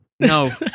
no